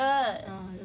oh ya